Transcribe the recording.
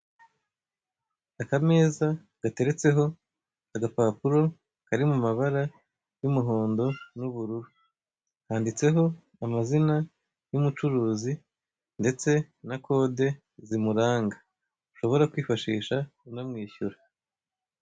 Akameza gateretseho agapapuro kari mu mabara y'umuhondo n'ubururu; kanditseho amazina y'umucuruzi ndetse na kode zimuranga ushobora kwifashisha unamwishyura.